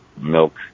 milk